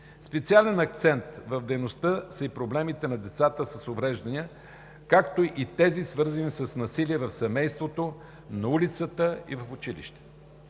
Специален акцент в дейността са и проблемите на децата с увреждания, както и тези, свързани с насилие в семейството, на улицата и в училище.